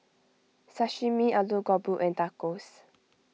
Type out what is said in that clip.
Sashimi Alu Gobi and Tacos